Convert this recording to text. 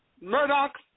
Murdoch